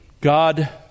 God